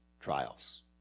trials